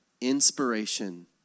inspiration